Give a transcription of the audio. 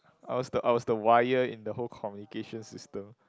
I was the I was the wire in the whole communication system